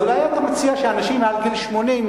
אז אולי אתה מציע שאנשים מעל גיל 80,